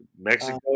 Mexico